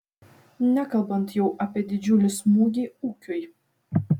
nekalbant jau apie didžiulį smūgį ūkiui